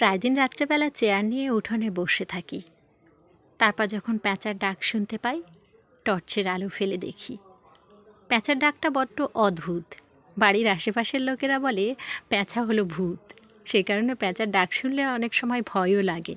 প্রায় দিন রাত্রিবেলা চেয়ার নিয়ে উঠোনে বসে থাকি তারপর যখন প্যাঁচার ডাক শুনতে পাই টর্চের আলো ফেলে দেখি প্যাঁচার ডাকটা বড্ড অদ্ভুত বাড়ির আশেপাশের লোকেরা বলে প্যাঁচা হল ভূত সেই কারণে প্যাঁচার ডাক শুনলে অনেক সময় ভয়ও লাগে